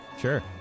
Sure